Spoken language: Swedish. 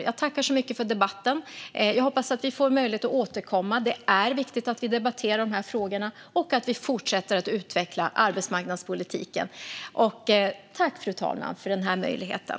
Jag tackar för debatten och hoppas få möjlighet att återkomma. Det är viktigt att vi debatterar dessa frågor och fortsätter att utveckla arbetsmarknadspolitiken.